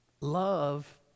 Love